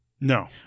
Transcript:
No